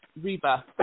Reba